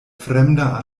fremda